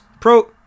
pro